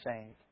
saved